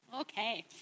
Okay